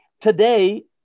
Today